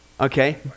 okay